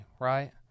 right